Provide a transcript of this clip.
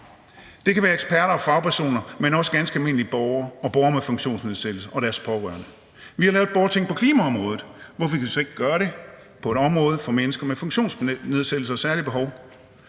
Det kan være eksperter og fagpersoner, men også ganske almindelige borgere og borgere med funktionsnedsættelser og deres pårørende. Vi har lavet et borgerting på klimaområdet, så hvorfor kan vi ikke gøre det på et område for mennesker med funktionsnedsættelser og særlige behov?